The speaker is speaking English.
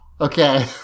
Okay